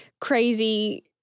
crazy